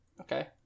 Okay